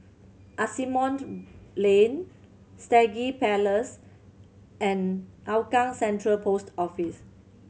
Asimont Lane Stangee Place and Hougang Central Post Office